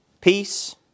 peace